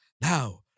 Now